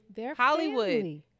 Hollywood